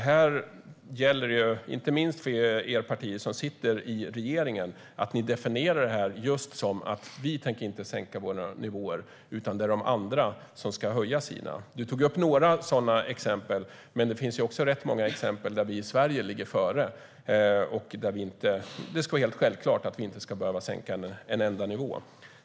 Här gäller det, inte minst för er i de partier som sitter i regeringen, att definiera det här just som att vi inte tänker sänka våra nivåer utan att de andra ska höja sina. Du tog upp några sådana exempel, men det finns också rätt många exempel där vi i Sverige ligger före. Det ska vara helt självklart att vi inte ska behöva sänka en enda nivå.